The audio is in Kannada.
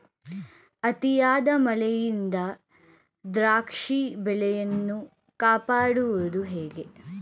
ಅತಿಯಾದ ಮಳೆಯಿಂದ ದ್ರಾಕ್ಷಿ ಬೆಳೆಯನ್ನು ಕಾಪಾಡುವುದು ಹೇಗೆ?